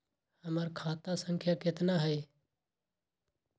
हमर खाता संख्या केतना हई?